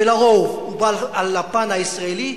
ולרוב הוא בא על חשבון הפן הישראלי,